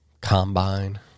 Combine